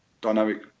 dynamic